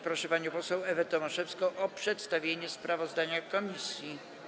Proszę panią poseł Ewę Tomaszewską o przedstawienie sprawozdania komisji.